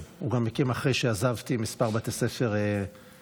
הוא גם הקים אחרי שעזבתי כמה בתי ספר ממלכתיים,